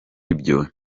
ibyo